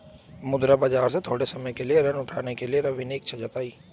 मुद्रा बाजार से थोड़े समय के लिए ऋण उठाने के लिए रवि ने इच्छा जताई